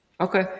Okay